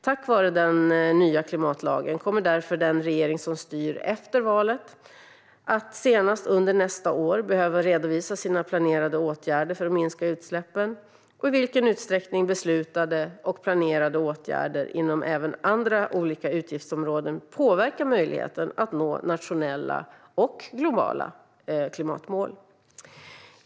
Tack vare den nya klimatlagen kommer därför den regering som styr efter valet att senast under nästa år behöva redovisa sina planerade åtgärder för att minska utsläppen och i vilken utsträckning beslutade och planerade åtgärder inom även andra utgiftsområden påverkar möjligheten att nå nationella och globala klimatmål.